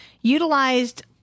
utilized